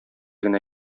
генә